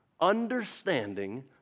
understanding